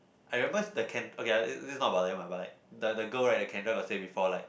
I remember is the Ken~ okay ah this is not about them ah but like the the girl right the Kendra got say before like